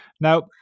Now